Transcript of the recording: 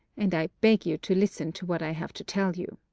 and i beg you to listen to what i have to tell you.